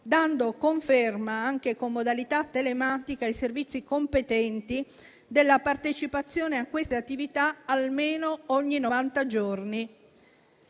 dando conferma, anche con modalità telematica, ai servizi competenti della partecipazione a queste attività almeno ogni novanta giorni.